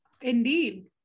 indeed